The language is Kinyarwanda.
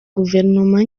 guverinoma